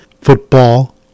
football